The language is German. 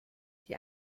die